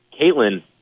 Caitlin